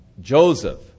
Joseph